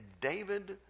David